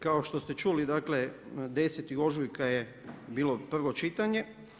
Kao što ste čuli, dakle 10. ožujka je bilo prvo čitanje.